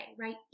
right